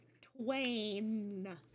twain